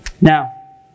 Now